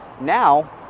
now